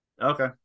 Okay